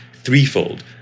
Threefold